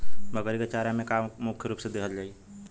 बकरी क चारा में का का मुख्य रूप से देहल जाई?